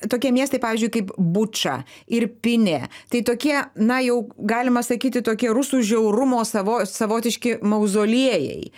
tokie miestai pavyzdžiui kaip buča irpinė tai tokie na jau galima sakyti tokie rusų žiaurumo savo savotiški mauzoliejai